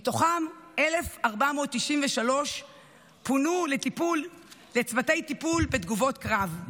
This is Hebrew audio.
מתוכם 1,493 פונו לצוותי טיפול בתגובות קרב,